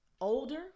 older